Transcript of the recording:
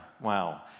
Wow